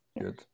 good